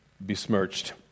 besmirched